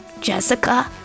Jessica